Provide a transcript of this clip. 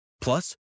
Plus